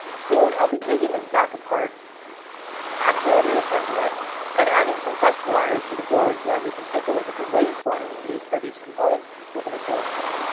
soon, i'll be taking this back apart after i reassemble it and adding some test wires to the board so that we can take a look at the waveforms produced by these components with an oscilloscope.